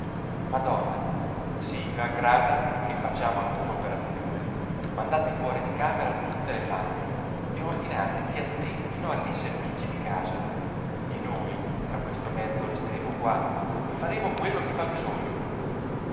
madonna si vaggrada che facciamo alcuna operazione mandate fuori di camera tutte le fanti e ordinate eh attendino alli servigi di casa e noi tra questo mezzo resteremo qua e faremo quello che fa bisogno